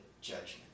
judgment